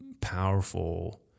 powerful